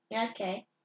Okay